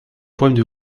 problèmes